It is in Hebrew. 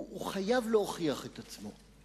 הוא חייב להוכיח את עצמו.